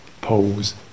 poles